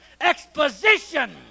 exposition